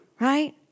right